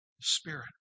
spirit